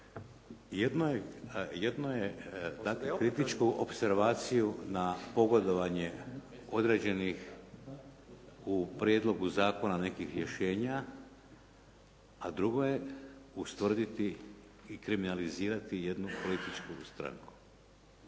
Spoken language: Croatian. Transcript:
Jedno je dati kritičku opservaciju na pogodovanje određenih u prijedlogu zakona nekih rješenja a drugo je ustvrditi i kriminalizirati jednu političku stranku.